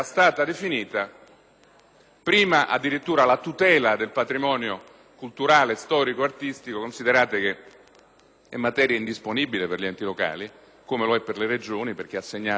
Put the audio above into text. si riferiva alla tutela del patrimonio culturale-storico-artistico. Considerate che è materia indisponibile per gli enti locali, come lo è per le Regioni, perché è assegnata allo Stato;